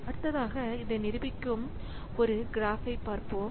அடுத்ததாக இதை நிரூபிக்கும் ஒரு கிராபை பார்ப்போம்